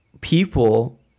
people